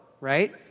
right